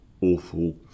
awful